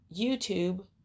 YouTube